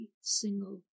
single